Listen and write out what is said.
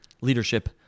Leadership